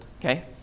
Okay